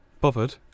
Bothered